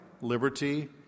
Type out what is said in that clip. liberty